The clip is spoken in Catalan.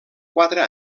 quatre